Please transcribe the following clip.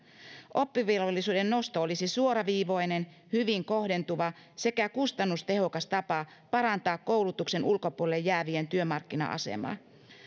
oppivelvollisuuden nosto olisi suoraviivainen hyvin kohdentuva sekä kustannustehokas tapa parantaa koulutuksen ulkopuolelle jäävien työmarkkina asemaa